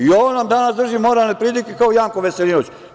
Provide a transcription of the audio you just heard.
I ona nam danas drži moralne pridike kao Janko Veselinović.